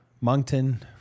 Moncton